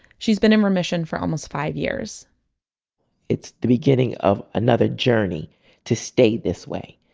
she's been in remission for almost five years it's the beginning of another journey to stay this way.